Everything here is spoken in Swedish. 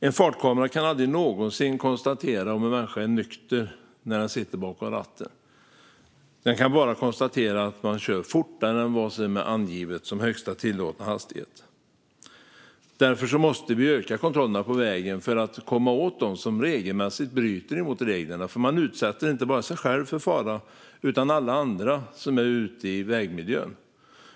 En fartkamera kan aldrig någonsin konstatera att en människa är nykter bakom ratten. Den kan bara konstatera att föraren kör fortare än vad som är angivet som högsta tillåtna hastighet. Vi måste öka kontrollerna på vägarna för att komma åt dem som regelmässigt bryter mot reglerna. Man utsätter ju inte bara sig själv för fara utan alla andra som är ute i vägmiljön.